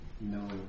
no